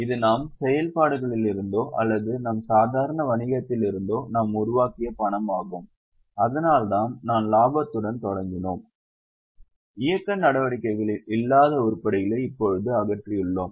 இது நம் செயல்பாடுகளிலிருந்தோ அல்லது நம் சாதாரண வணிகத்திலிருந்தோ நாம் உருவாக்கிய பணமாகும் அதனால்தான் நாம் லாபத்துடன் தொடங்கினோம் இயக்க நடவடிக்கைகளில் இல்லாத உருப்படிகளை இப்போது அகற்றியுள்ளோம்